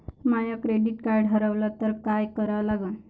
माय credit card हारवलं तर काय करा लागन?